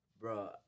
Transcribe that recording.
Bro